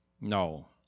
No